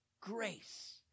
grace